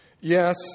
Yes